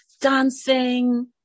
dancing